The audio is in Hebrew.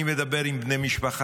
אני מדבר עם בני משפחה,